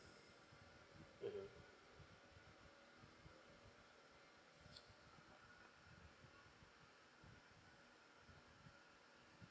mmhmm